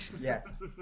Yes